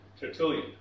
Tertullian